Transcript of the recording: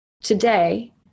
today